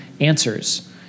answers